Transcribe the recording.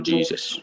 Jesus